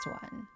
one